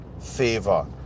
favor